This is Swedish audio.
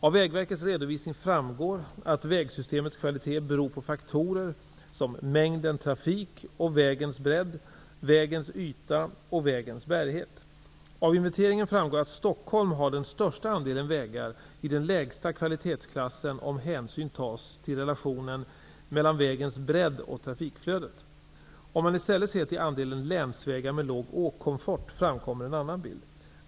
Av Vägverkets redovisning framgår att vägsystemets kvalitet beror på faktorer som mängden trafik och vägens bredd, vägens yta och vägens bärighet. Av inventeringen framgår att Stockholm har den största andelen vägar i den lägsta kvalitetsklassen om hänsyn tas till relationen mellan vägens bredd och trafikflödet. Om man i stället ser till andelen länsvägar med låg åkkomfort framkommer en annan bild.